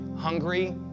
hungry